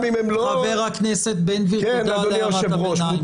חבר הכנסת בן גביר, תודה על הערת הביניים.